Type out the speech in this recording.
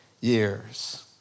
years